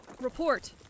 report